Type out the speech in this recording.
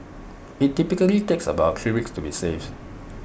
IT typically takes about three weeks to be safe